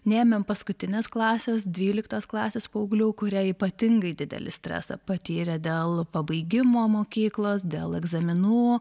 neėmėm paskutinės klasės dvyliktos klasės paauglių kurie ypatingai didelį stresą patyrė dėl pabaigimo mokyklos dėl egzaminų